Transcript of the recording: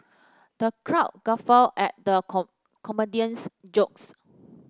the crowd guffawed at the comedian's jokes